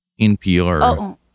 NPR